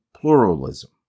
pluralism